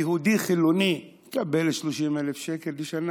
יהודי חילוני מקבל 30,000 שקל לשנה,